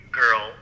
girl